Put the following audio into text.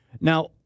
Now